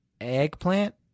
eggplant